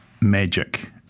magic